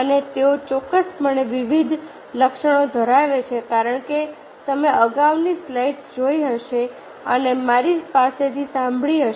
અને તેઓ ચોક્કસપણે વિવિધ લક્ષણો ધરાવે છે કારણ કે તમે અગાઉની સ્લાઇડ્સ જોઈ હશે અને મારી પાસેથી સાંભળી હશે